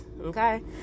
okay